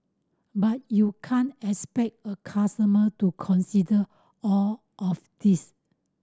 but you can't expect a customer to consider all of this